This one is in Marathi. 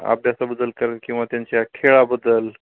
अभ्यासाबद्दल करेल किंवा त्यांच्या खेळाबद्दल